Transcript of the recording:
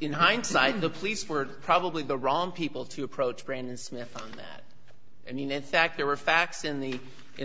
in hindsight the police were probably the wrong people to approach brandon smith on that and in fact there were facts in the in the